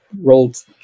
rolled